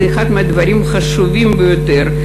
זה אחד מהדברים החשובים ביותר.